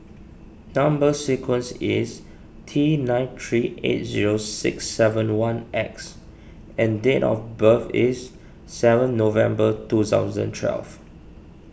Number Sequence is T nine three eight zero six seven one X and date of birth is seven November two thousand twelve